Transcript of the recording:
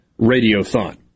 Radiothon